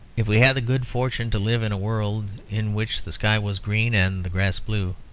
if we had the good fortune to live in a world in which the sky was green and the grass blue,